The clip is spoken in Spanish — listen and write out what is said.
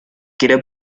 quiere